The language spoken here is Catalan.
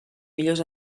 millors